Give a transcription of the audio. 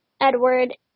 Edward